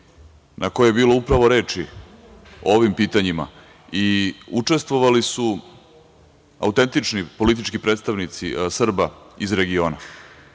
na kojoj je bilo upravo reči o ovim pitanjima i učestvovali su autentični politički predstavnici Srba iz regiona.